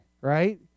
Right